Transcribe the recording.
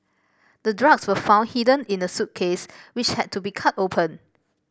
the drugs were found hidden in the suitcase which had to be cut open